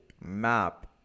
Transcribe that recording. map